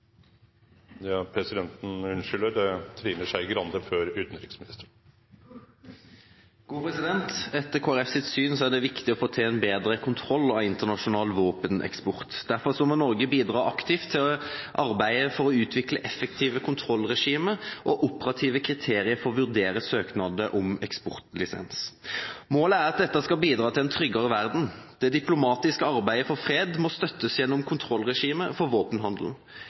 det viktig å få til en bedre kontroll av internasjonal våpeneksport. Derfor må Norge bidra aktivt i arbeidet med å utvikle effektive kontrollregimer og operasjonelle kriterier for å vurdere søknader om eksportlisens. Målet er at dette skal bidra til en tryggere verden. Det diplomatiske arbeidet for fred må støttes gjennom kontrollregimer for våpenhandelen.